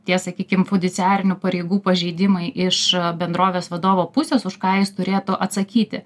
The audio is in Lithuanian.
tie sakykim fudiciarinių pareigų pažeidimai iš bendrovės vadovo pusės už ką jis turėtų atsakyti